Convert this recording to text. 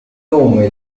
nome